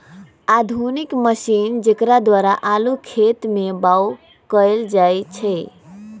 आधुनिक मशीन जेकरा द्वारा आलू खेत में बाओ कएल जाए छै